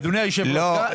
לא.